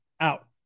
out